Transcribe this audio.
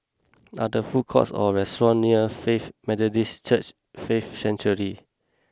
are there food courts or restaurants near Faith Methodist Church Faith Sanctuary